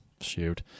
shoot